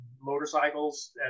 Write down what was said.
motorcycles